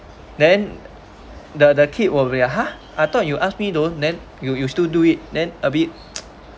then the the kid will be like !huh! I thought you ask me don't then you you still do it then a bit